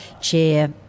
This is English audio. chair